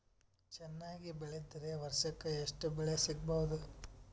ಚೆನ್ನಾಗಿ ಬೆಳೆದ್ರೆ ವರ್ಷಕ ಎಷ್ಟು ಬೆಳೆ ಸಿಗಬಹುದು?